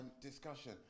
discussion